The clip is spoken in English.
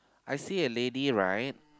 I see a lady right